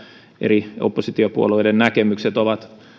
eri oppositiopuolueiden näkemykset ovat